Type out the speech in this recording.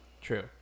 True